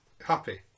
happy